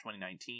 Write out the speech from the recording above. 2019